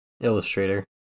illustrator